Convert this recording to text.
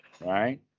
right